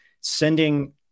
sending